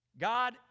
God